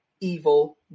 evil